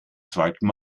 zweiten